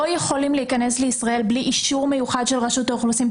לא יכולים להיכנס לישראל בלי אישור מיוחד של רשות האוכלוסין,